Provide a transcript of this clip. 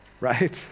right